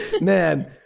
Man